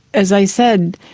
as i said,